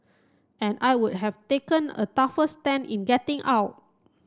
and I would have taken a tougher stand in getting out